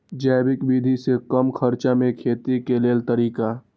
जैविक विधि से कम खर्चा में खेती के लेल तरीका?